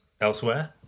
elsewhere